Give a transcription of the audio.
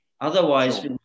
otherwise